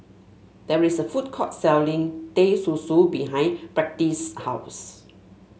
there is a food court selling Teh Susu behind Patrice's house